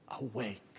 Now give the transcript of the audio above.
awake